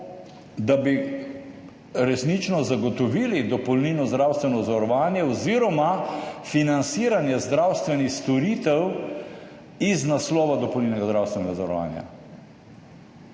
da bi resnično zagotovili dopolnilno zdravstveno zavarovanje oziroma financiranje zdravstvenih storitev iz naslova dopolnilnega zdravstvenega zavarovanja.